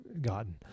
gotten